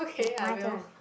okay my turn